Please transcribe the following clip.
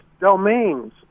domains